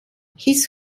his